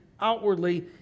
outwardly